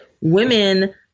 women